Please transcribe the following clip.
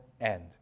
end